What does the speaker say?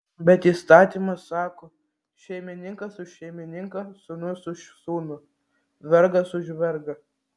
bet įstatymas sako šeimininkas už šeimininką sūnus už sūnų vergas už vergą